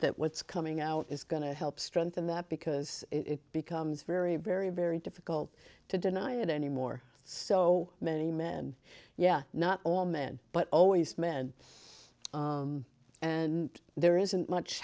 that what's coming out is going to help strengthen that because it becomes very very very difficult to deny it anymore so many men yeah not all men but always men and there isn't much